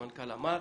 המנכ"ל אמר,